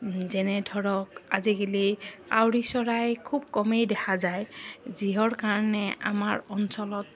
যেনে ধৰক আজিকালি কাউৰী চৰাই খুব কমেই দেখা যায় যিহৰ কাৰণে আমাৰ অঞ্চলত